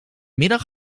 middag